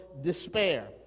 despair